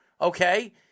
okay